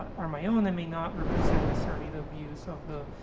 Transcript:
are my own and may not represent, necessarily, the views of the,